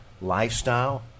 lifestyle